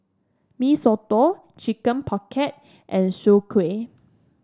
Mee Soto Chicken Pocket and Soon Kway